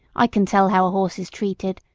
i can tell how a horse is treated.